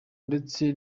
ndetse